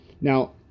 Now